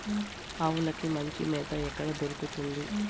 ఆవులకి మంచి మేత ఎక్కడ దొరుకుతుంది?